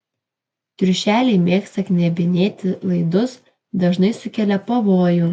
triušeliai mėgsta knebinėti laidus dažnai sukelia pavojų